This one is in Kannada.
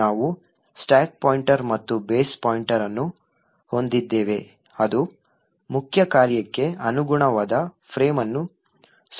ನಾವು ಸ್ಟಾಕ್ ಪಾಯಿಂಟರ್ ಮತ್ತು ಬೇಸ್ ಪಾಯಿಂಟರ್ ಅನ್ನು ಹೊಂದಿದ್ದೇವೆ ಅದು ಮುಖ್ಯ ಕಾರ್ಯಕ್ಕೆ ಅನುಗುಣವಾದ ಫ್ರೇಮ್ ಅನ್ನು ಸೂಚಿಸುತ್ತದೆ